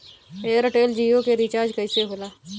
Airtel Jio के रिचार्ज कैसे होला?